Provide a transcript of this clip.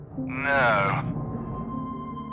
No